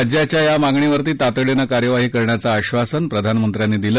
राज्याच्या या मागणीवर तातडीनं कार्यवाही करण्याचं आश्वासन प्रधानमंत्र्यांनी दिलं